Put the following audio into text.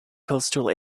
coastal